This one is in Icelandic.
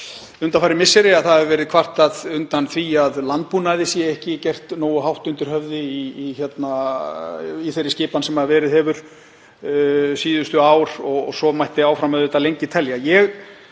undanfarin misseri hefur verið kvartað undan því að landbúnaði sé ekki gert nógu hátt undir höfði í þeirri skipan sem verið hefur síðustu ár og svo mætti lengi telja.